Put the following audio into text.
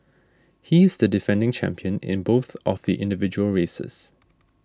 he is the defending champion in both of the individual races